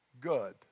good